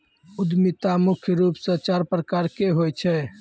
उद्यमिता मुख्य रूप से चार प्रकार के होय छै